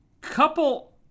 couple